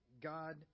God